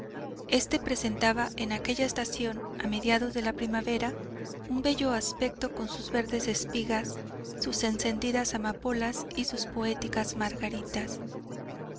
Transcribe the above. este presentaba en aquella estación a mediados de la primavera un bello aspecto con sus verdes espigas sus encendidas amapolas y sus poéticas margaritas